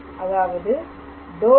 அதாவது ∂f∂x